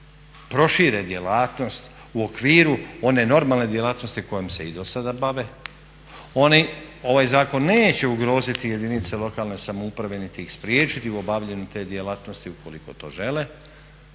prošire djelatnost u okviru one normalne djelatnosti kojom se i dosada bave, oni ovaj zakon neće ugroziti jedinice lokalne samouprave niti ih spriječiti u obavljanju te djelatnosti ukoliko to žele